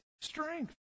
strength